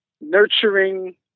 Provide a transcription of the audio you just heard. nurturing